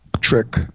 trick